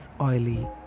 oily